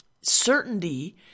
Certainty